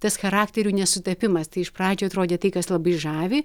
tas charakterių nesutapimas tai iš pradžių atrodė tai kas labai žavi